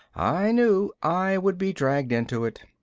i knew i would be dragged into it.